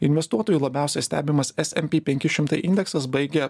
investuotojų labiausia stebimas smp penki šimtai indeksas baigė